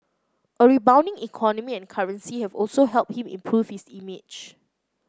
a rebounding economy and currency have also helped him improve his image